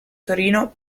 torino